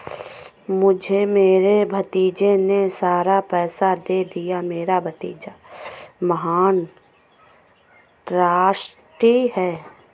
मुझे मेरे भतीजे ने सारा पैसा दे दिया, मेरा भतीजा महज़ ट्रस्टी था